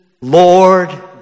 Lord